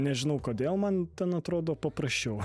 nežinau kodėl man ten atrodo paprasčiau